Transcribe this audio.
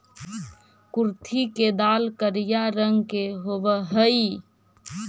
कुर्थी के दाल करिया रंग के होब हई